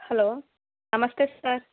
hello namaste sir